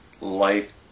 life